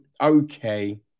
okay